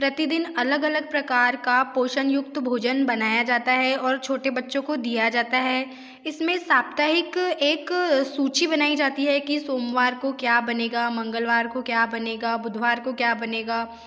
प्रतिदिन अलग अलग प्रकार का पोषण युक्त भोजन बनाया जाता है और छोटे बच्चों को दिया जाता है इसमें साप्ताहिक एक सूची बनाई जाती है कि सोमवार को क्या बनेगा मंगलवार को क्या बनेगा बुधवार को क्या बनेगा